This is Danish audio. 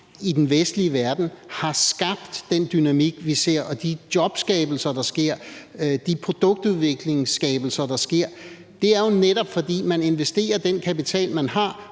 i den vestlige verden har skabt den dynamik, vi ser, de jobskabelser, der sker, og de produktudviklinger, der sker; det er jo netop, fordi man investerer den kapital, man har,